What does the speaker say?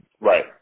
Right